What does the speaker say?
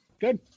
good